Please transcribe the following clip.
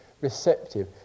receptive